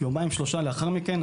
יומיים-שלושה לאחר מכן,